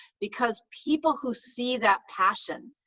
because people who see that passion,